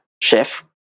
chef